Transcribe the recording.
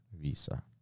visa